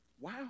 Wow